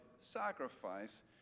sacrifice